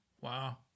Wow